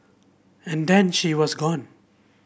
and then she was gone